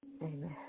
Amen